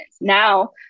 Now